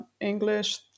English